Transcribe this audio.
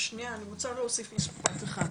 רוצה להוסיף משפט אחד.